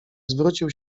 zwrócił